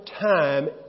time